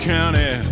County